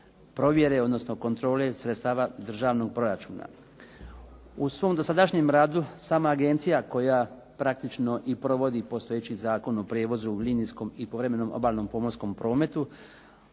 provjere, odnosno kontrole sredstava državnog proračuna. U svom dosadašnjem radu sama agencija koja praktično i provodi postojeći Zakon o prijevozu u linijskom i povremenom obalnom pomorskom prometu